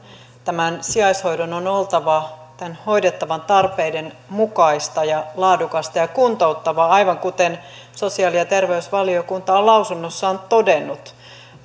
tämän sijaishoidon on oltava hoidettavan tarpeiden mukaista ja laadukasta ja kuntouttavaa aivan kuten sosiaali ja terveysvaliokunta on lausunnossaan todennut